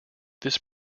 this